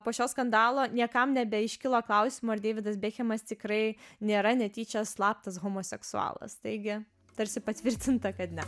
po šio skandalo niekam nebeiškilo klausimo ar deividas bekhemas tikrai nėra netyčia slaptas homoseksualas taigi tarsi patvirtinta kad ne